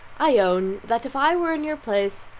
i own, that if i were in your place,